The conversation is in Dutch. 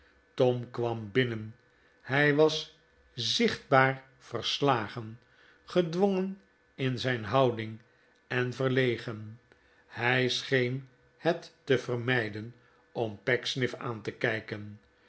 tom kwam binnen hij was zichtbaar verslagen gedwongen in zijn houding en verlegen hij scheen het te vermijden om pecksniff aan terkijken de